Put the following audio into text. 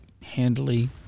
handily